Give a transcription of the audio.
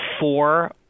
four